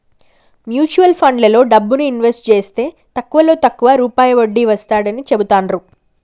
mutual ఫండ్లలో డబ్బుని invest జేస్తే తక్కువలో తక్కువ రూపాయి వడ్డీ వస్తాడని చెబుతాండ్రు